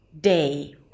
Day